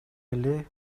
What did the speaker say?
эле